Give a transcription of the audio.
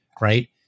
right